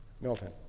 Milton